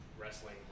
wrestling